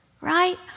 right